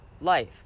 life